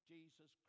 Jesus